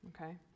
okay